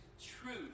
truth